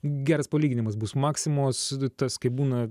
geras palyginimas bus maksimos tas kaip būna